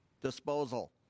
disposal